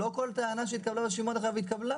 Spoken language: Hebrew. דרך אגב, לא כל טענה שהתקבלה בשימוע התקבלה.